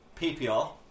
PPR